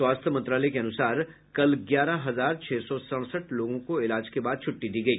स्वास्थ्य मंत्रालय के अनुसार कल ग्यारह हजार छह सौ सड़सठ लोगों को इलाज के बाद छूट्टी दी गई